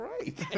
right